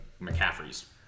McCaffrey's